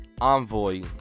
Envoy